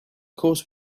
course